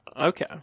Okay